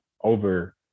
over